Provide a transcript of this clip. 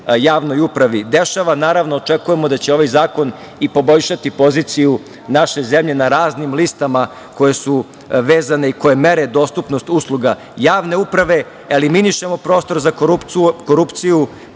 javnoj upravi dešava. Naravno, očekujemo da će ovaj zakon i poboljšati poziciju naše zemlje na raznim listama koje su vezane i koje mere dostupnost usluga javne uprave, eliminišemo prostor za korupciju,